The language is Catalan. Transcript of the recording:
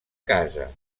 casa